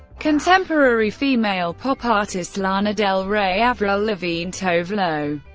contemporary female pop artists lana del rey, avril lavigne, tove lo,